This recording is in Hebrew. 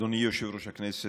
אדוני יושב-ראש הישיבה,